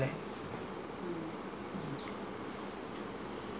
the restriction and control you know because of the terrorists and all that